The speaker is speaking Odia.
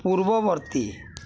ପୂର୍ବବର୍ତ୍ତୀ